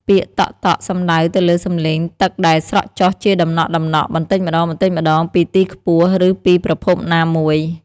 ពាក្យ តក់ៗ សំដៅទៅលើសំឡេងទឹកដែលស្រក់ចុះជាដំណក់ៗបន្តិចម្ដងៗពីទីខ្ពស់ ឬពីប្រភពណាមួយ។